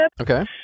Okay